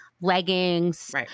leggings